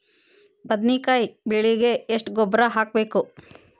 ಬದ್ನಿಕಾಯಿ ಬೆಳಿಗೆ ಎಷ್ಟ ಗೊಬ್ಬರ ಹಾಕ್ಬೇಕು?